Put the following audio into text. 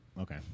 Okay